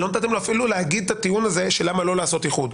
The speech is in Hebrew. לא נתתם לו אפילו להגיד את הטיעון הזה למה לא לעשות איחוד.